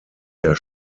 der